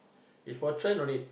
if for trend no need